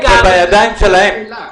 זה בידיים שלהם.